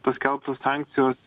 paskelbtos sankcijos